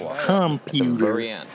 Computer